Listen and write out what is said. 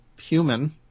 human